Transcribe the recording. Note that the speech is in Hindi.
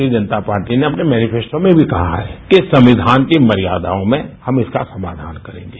भारतीय जनता पार्टी ने अपने मैनिफियेस्टो में भी कहा है कि संविधान की मर्यादाओं में हम इसका समाधान करेंगे